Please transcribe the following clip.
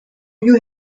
you